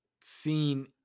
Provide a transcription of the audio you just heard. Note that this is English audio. seen